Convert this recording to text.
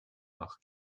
nach